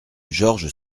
georges